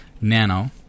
nano